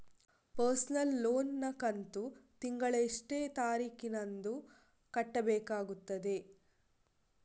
Personal loan ನ ಕಂತು ತಿಂಗಳ ಎಷ್ಟೇ ತಾರೀಕಿನಂದು ಕಟ್ಟಬೇಕಾಗುತ್ತದೆ?